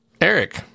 eric